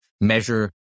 measure